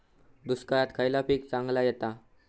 दुष्काळात खयला पीक चांगला येता?